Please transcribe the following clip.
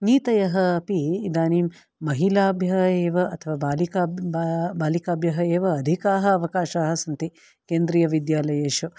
नीतयः अपि इदानीं महिलाभ्यः एव अथवा बालिकाभ् बालिकाभ्यः एव अधिकाः अवकाशाः सन्ति केन्द्रियविद्यालयेषु